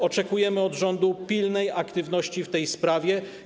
Oczekujemy od rządu pilnej aktywności w tej sprawie.